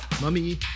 Mummy